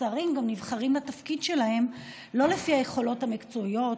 שרים גם נבחרים לתפקיד שלהם לא לפי היכולות המקצועיות,